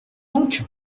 donc